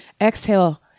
exhale